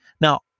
Now